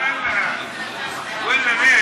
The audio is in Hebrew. את רוצה לשלוח את זה